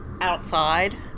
outside